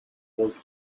was